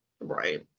Right